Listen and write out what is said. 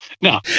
no